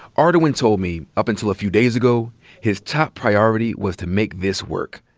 ardoin told me up until a few days ago his top priority was to make this work,